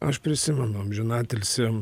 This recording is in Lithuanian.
aš prisimenu amžiną atilsį